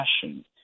passion